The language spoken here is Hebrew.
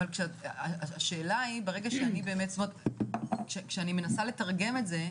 כשאני מנסה לתרגם את זה,